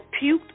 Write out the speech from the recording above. puked